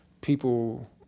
people